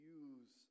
use